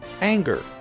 anger